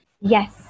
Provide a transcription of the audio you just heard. Yes